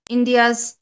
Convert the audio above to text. India's